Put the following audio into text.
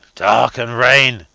dark and rain.